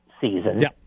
season